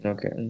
Okay